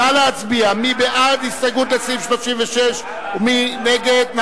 נא להצביע מי בעד ההסתייגות לסעיף 36 ומי נגד.